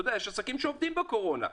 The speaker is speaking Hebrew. אתה יודע שיש עסקים שעובדים בקורונה.